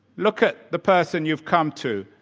look at the person you've come to,